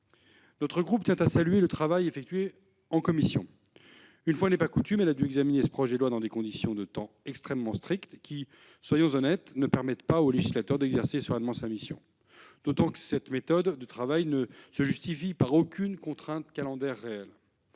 Notre groupe tient à saluer le travail effectué par la commission. Une fois n'est pas coutume, elle a dû examiner ce projet de loi dans des conditions de temps extrêmement strictes qui, soyons honnêtes, ne permettent pas au législateur d'exercer sereinement sa mission, d'autant que cette méthode de travail ne se justifie par aucune contrainte calendaire réelle.